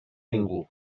ningú